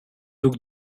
took